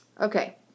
Okay